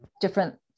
different